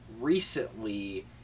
recently